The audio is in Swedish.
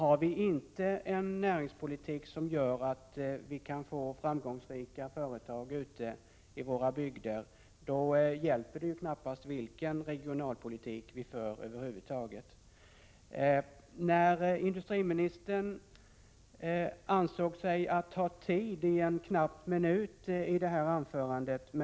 Om vi inte har en näringspolitik som kan ge oss framgångsrika företag ute i våra bygder, hjälper det knappast vilken regionalpolitik vi för över huvud taget. Industriministern ansåg sig ha tid med näringspolitiken en knapp minut i sitt anförande.